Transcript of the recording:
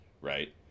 right